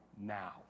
now